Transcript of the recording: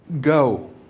Go